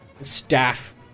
staff